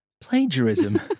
plagiarism